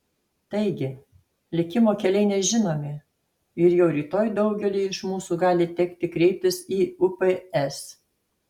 taigi likimo keliai nežinomi ir jau rytoj daugeliui iš mūsų gali tekti kreiptis į ups